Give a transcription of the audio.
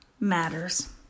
Matters